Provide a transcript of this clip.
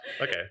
Okay